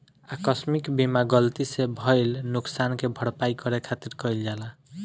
आकस्मिक बीमा गलती से भईल नुकशान के भरपाई करे खातिर कईल जाला